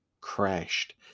crashed